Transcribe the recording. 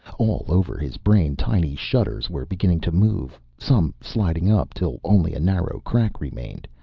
all over his brain, tiny shutters were beginning to move, some sliding up till only a narrow crack remained,